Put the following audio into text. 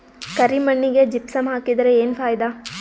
ಕರಿ ಮಣ್ಣಿಗೆ ಜಿಪ್ಸಮ್ ಹಾಕಿದರೆ ಏನ್ ಫಾಯಿದಾ?